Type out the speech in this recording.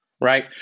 Right